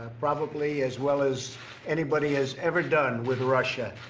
probably as well as anybody has ever done with russia.